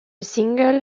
single